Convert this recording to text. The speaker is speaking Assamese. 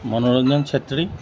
মনোৰঞ্জন চেত্ৰী